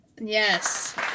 Yes